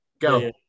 Go